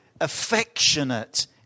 affectionate